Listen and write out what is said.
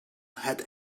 had